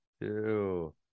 two